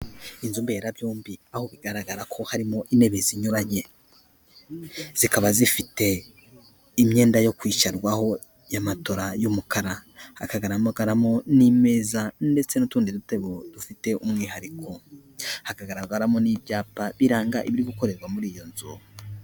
Inzu mberabyombi, aho bigaragara ko harimo intebe zinyuranye, zikaba zifite imyenda yo kwishyirwaho y'amatora y'umukara, hakagaragara n'imeza ndetse n'utundi dutebe dufite umwihariko, hakagaragaramo n'ibyapa biranga ibiri gukorerwa muri iyo nzu.